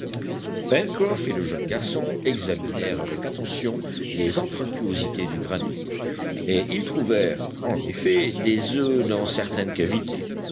pencroff et le jeune garçon examinèrent avec attention les anfractuosités du granit et ils trouvèrent en effet des oeufs dans certaines cavités